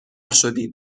شدیم